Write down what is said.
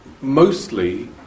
mostly